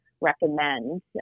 recommend